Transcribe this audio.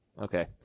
Okay